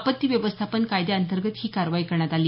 आपत्ती व्यवस्थापन कायद्याअंतर्गत ही कारवाई करण्यात आली